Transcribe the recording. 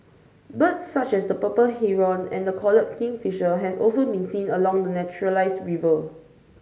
birds such as the purple Heron and the collared kingfisher have also been seen along the naturalised river